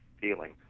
feeling